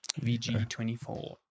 VG24